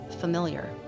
familiar